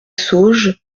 sauges